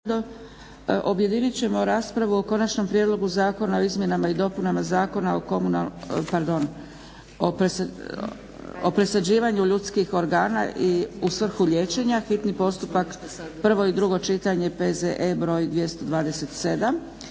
Objedinit ćemo raspravu o - Konačni prijedlog Zakona o presađivanju ljudskih organa u svrhu liječenja, hitni postupak, prvo i drugo čitanje, P.Z.E. br. 227.